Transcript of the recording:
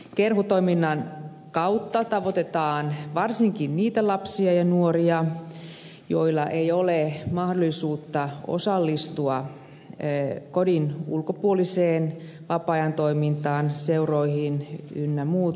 kerhotoiminnan kautta tavoitetaan varsinkin niitä lapsia ja nuoria joilla ei ole mahdollisuutta osallistua kodin ulkopuoliseen vapaa ajan toimintaan seuroihin ynnä muuta